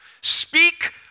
Speak